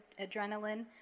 adrenaline